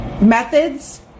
methods